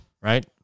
right